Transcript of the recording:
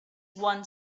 one